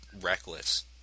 reckless